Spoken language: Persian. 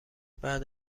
بعد